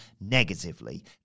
negatively